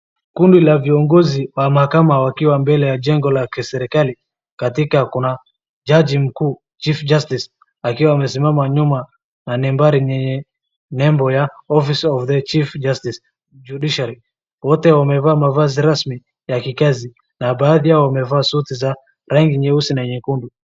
Kundi la viongozi wa mahakama wakiwa mbele ya jengo la kiserikali katika kuna jaji mkuu chief justice akiwa amesimama nyuma na nembari ni nembo ya office of the chief justice judiciary . Wote wamevaa mavazi rasmi ya kikazi na baadhi yao wamevaa suti za rangi nyeusi na nyekundu.